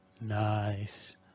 Nice